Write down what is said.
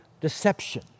deception